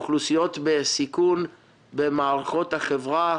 אוכלוסיות בסיכון במערכות החברה,